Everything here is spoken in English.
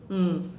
mm